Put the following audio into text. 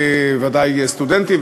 ודאי סטודנטים,